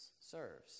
serves